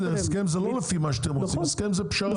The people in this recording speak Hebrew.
הסכם זה לא לפי מה שאתם רוצים; הסכם זה פשרה.